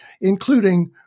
including